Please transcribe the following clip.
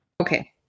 Okay